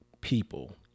people